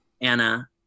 Anna